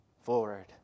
forward